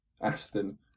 Aston